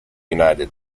united